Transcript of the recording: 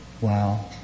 Wow